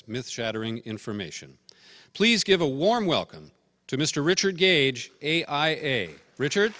myth shattering information please give a warm welcome to mr richard gage a i a a richard